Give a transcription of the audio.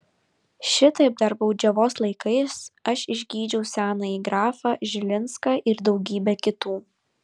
šitaip dar baudžiavos laikais aš išgydžiau senąjį grafą žilinską ir daugybę kitų